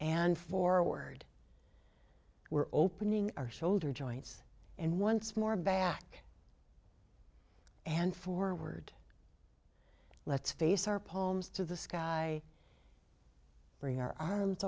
and forward we're opening our shoulder joints and once more back and forward lets face our palms to the sky bring our arms